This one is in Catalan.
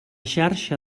xarxa